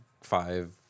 five